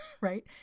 right